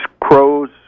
crows